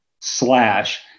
slash